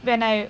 when I